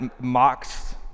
mocks